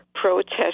protest